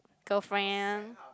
girlfriend